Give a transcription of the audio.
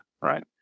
right